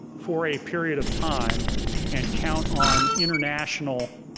for a period of time and count on international